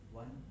one